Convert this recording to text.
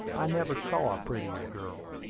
i never saw a prettier girl.